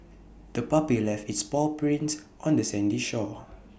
the puppy left its paw prints on the sandy shore